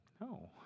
No